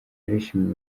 barishimira